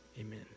Amen